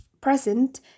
present